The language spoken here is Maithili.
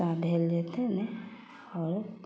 बरसा भेल जेतै ने आओर